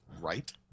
Right